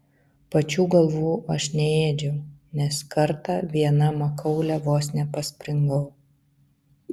pačių galvų aš neėdžiau nes kartą viena makaule vos nepaspringau